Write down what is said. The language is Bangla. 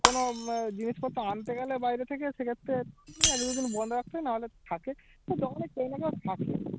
কোনো জিনিসপত্র আনতে গেলে বাইরে থেকে সেক্ষেত্রে এক দুদিন বন্ধ রাখতে হয় নাহলে থাকে তো দোকানে কেউ না কেউ থাকে